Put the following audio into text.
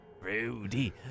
Rudy